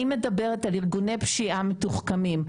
אני מדברת על ארגוני פשיעה מתוחכמים,